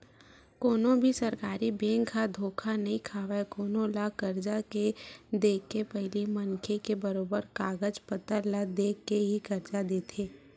कोनो भी सरकारी बेंक ह धोखा नइ खावय कोनो ल करजा के देके पहिली मनखे के बरोबर कागज पतर ल देख के ही करजा देथे